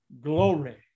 glory